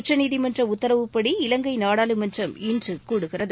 உச்சநீதிமன்ற உத்தரவுப்படி இலங்கை நாடாளுமன்றம் இன்று கூடுகிறது